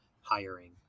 hiring